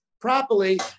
properly